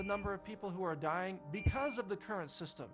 the number of people who are dying because of the current system